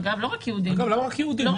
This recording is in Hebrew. אגב, לא רק יהודים --- אגב, למה רק יהודים?